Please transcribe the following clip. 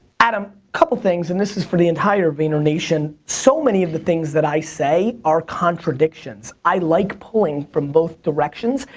adam, couple things, and this is for the entire vaynernation, so many of the things that i say are contradictions. i like pulling from both directions.